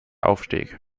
aufstieg